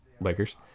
Lakers